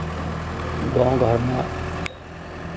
गाँव घरमे